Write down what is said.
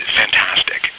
fantastic